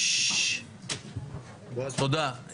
תודה.